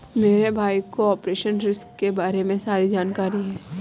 मेरे भाई को ऑपरेशनल रिस्क के बारे में सारी जानकारी है